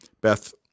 Beth